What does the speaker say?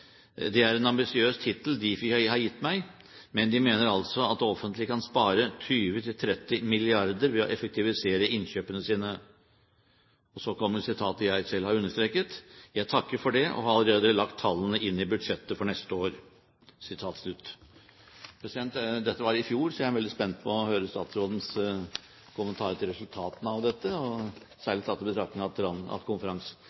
Det er en ambisiøs tittel Difi har gitt meg. Men de mener altså at det offentlige kan spare 20–30 milliarder ved å effektivisere innkjøpene sine.» Videre står det, som jeg har understreket: «Jeg takker for det og har allerede lagt tallene inn i budsjettet for neste år.» Dette var i fjor, så jeg er veldig spent på å høre statsrådens kommentarer til resultatene av dette,